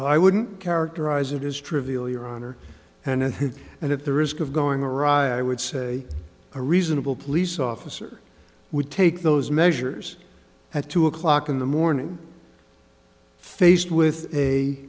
i wouldn't characterize it as trivial your honor and and at the risk of going awry i would say a reasonable police officer would take those measures have two o'clock in the morning faced with